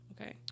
Okay